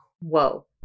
whoa